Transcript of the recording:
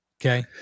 okay